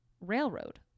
railroad